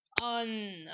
on